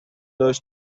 داشت